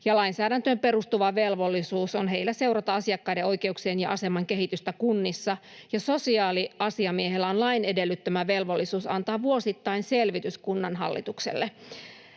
Lainsäädäntöön perustuva velvollisuus on heillä seurata asiakkaiden oikeuksien ja aseman kehitystä kunnissa, ja sosiaaliasiamiehellä on lain edellyttämä velvollisuus antaa vuosittain selvitys kunnanhallitukselle.